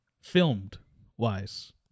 filmed-wise